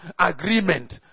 agreement